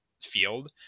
field